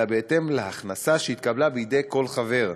אלא בהתאם להכנסה שהתקבלה בידי כל חבר,